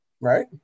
right